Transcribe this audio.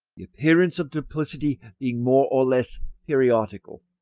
the appearance of duplicity being more or less periodical.